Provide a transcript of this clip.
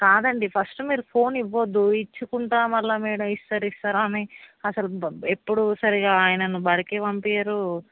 కాదండి ఫస్ట్ మీరు ఫోన్ ఇవ్వద్దు ఇచ్చుకుంటా మళ్ళా మీరు ఇస్తా ఇస్తారని అసలు ఎప్పుడూ ఆయనను బడికే పంపీయరు